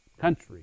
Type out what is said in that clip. country